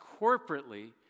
corporately